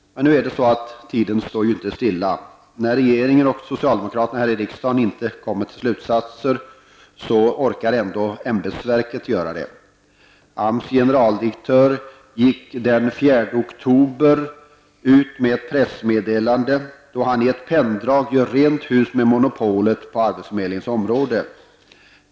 Men tiden står ändå inte stilla. När regeringen och socialdemokraterna här i riksdagen inte kommer till slutsatser, så orkar ämbetsverket göra det. AMS generaldirektör gick den 4 oktoberi ut med ett pressmeddelande, där han i ett penndrag gjorde rent hus med monopolet på arbetsförmedlingens område.